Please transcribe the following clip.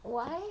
why